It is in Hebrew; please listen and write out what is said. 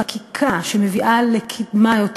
חקיקה שמביאה ליותר קידמה,